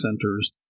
centers